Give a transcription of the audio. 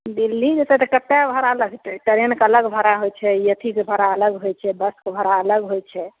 दिल्ली जेतै तऽ कत्ते भाड़ा लगतै टरेनके अलग भाड़ा होइ छै ई अथी के भाड़ा अलग होइ छै बसके भाड़ा अलग होइ छै